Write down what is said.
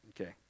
Okay